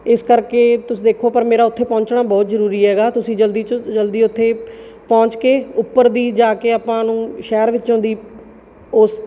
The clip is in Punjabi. ਇਸ ਕਰਕੇ ਤੁਸੀਂ ਦੇਖੋ ਪਰ ਮੇਰਾ ਉੱਥੇ ਪਹੁੰਚਣਾ ਬਹੁਤ ਜ਼ਰੂਰੀ ਹੈਗਾ ਤੁਸੀਂ ਜਲਦੀ ਚ ਜਲਦੀ ਉੱਥੇ ਪਹੁੰਚ ਕੇ ਉੱਪਰ ਦੀ ਜਾ ਕੇ ਆਪਾਂ ਨੂੰ ਸ਼ਹਿਰ ਵਿੱਚੋਂ ਦੀ ਉਸ